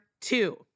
two